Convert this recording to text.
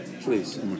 please